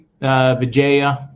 Vijaya